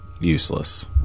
useless